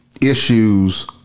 issues